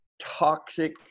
toxic